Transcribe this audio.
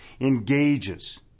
engages